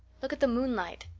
look at the moonlight.